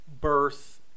birth